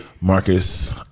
Marcus